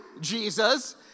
Jesus